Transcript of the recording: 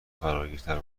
فراگیرتر